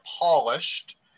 polished